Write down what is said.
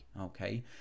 Okay